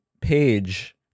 page